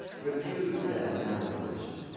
refuse their narrow vision,